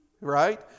Right